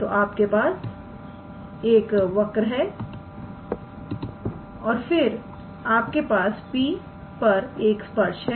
तो आपके पास एक वक्र है और फिर आपके पास P पर एक स्पर्श है